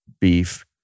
beef